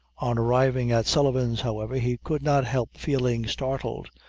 on arriving at sullivan's, however, he could not help feeling startled,